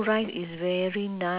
hello yes